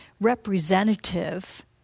representative